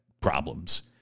problems